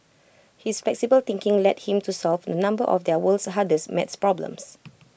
his flexible thinking led him to solve A number of their world's hardest math problems